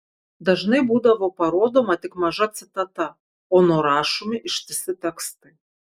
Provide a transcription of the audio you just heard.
dažnai būdavo parodoma tik maža citata o nurašomi ištisi tekstai